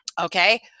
okay